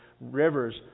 rivers